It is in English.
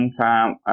time